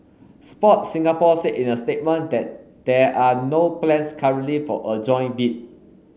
Sports Singapore said in a statement that there are no plans currently for a joint bid